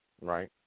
right